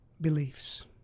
beliefs